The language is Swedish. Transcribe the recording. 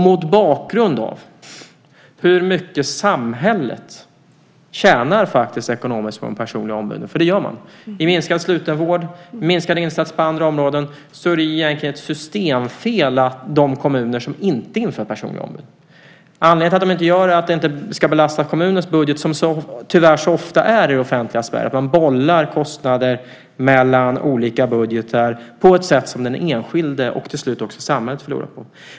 Mot bakgrund av hur mycket samhället faktiskt tjänar ekonomiskt på de personliga ombuden, för det gör man, i minskad slutenvård och minskade insatser på andra områden, är de kommuner som inte inför personliga ombud egentligen ett systemfel. Anledningen till att de inte gör det är att det inte ska belasta kommunens budget, som tyvärr så ofta är fallet i det offentliga Sverige. Man bollar kostnader mellan olika budgetar på ett sätt som den enskilde och till slut också samhället förlorar på.